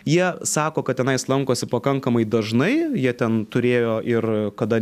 jie sako kad tenais lankosi pakankamai dažnai jie ten turėjo ir kada